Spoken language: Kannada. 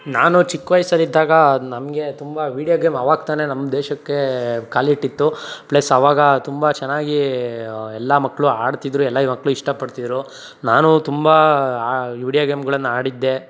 ನಾನು ಚಿಕ್ಕ ವಯಸಲ್ಲಿದ್ದಾಗ ನಮಗೆ ತುಂಬ ವೀಡಿಯೋ ಗೇಮ್ ಆವಾಗ ತಾನೇ ನಮ್ಮ ದೇಶಕ್ಕೆ ಕಾಲಿಟ್ಟಿತ್ತು ಪ್ಲಸ್ ಆವಾಗ ತುಂಬ ಚೆನ್ನಾಗಿ ಎಲ್ಲ ಮಕ್ಕಳು ಆಡ್ತಿದ್ರು ಎಲ್ಲ ಮಕ್ಕಳು ಇಷ್ಟಪಡ್ತಿದ್ರು ನಾನು ತುಂಬ ಆ ಈ ವೀಡಿಯೋ ಗೇಮ್ಗಳನ್ನು ಆಡಿದ್ದೆ